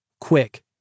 quick